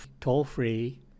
toll-free